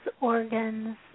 organs